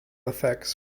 effects